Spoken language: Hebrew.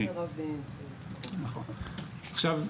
עכשיו,